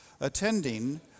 attending